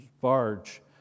barge